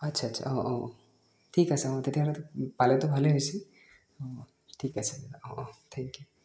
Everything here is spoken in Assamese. আচ্ছা আচ্ছা অঁ অঁ অঁ ঠিক আছে অঁ তেতিয়াহ'লে পালেতো ঠিকেই হৈছে অঁ ঠিক আছে দাদা অঁ অঁ ঠেংক ইউ